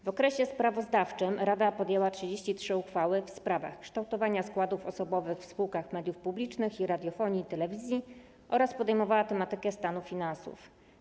W okresie sprawozdawczym rada podjęła 33 uchwały w sprawach kształtowania składów osobowych w spółkach publicznej radiofonii i telewizji oraz podejmowała tematykę stanu finansów.